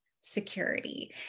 security